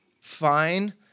fine